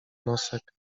nosek